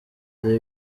ibi